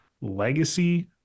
legacy